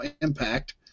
Impact